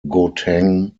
gauteng